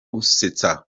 gusetsa